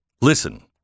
listen